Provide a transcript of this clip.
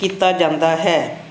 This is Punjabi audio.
ਕੀਤਾ ਜਾਂਦਾ ਹੈ